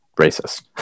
racist